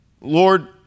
Lord